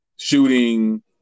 shooting